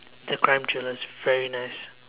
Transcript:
it's a crime thriller it's very nice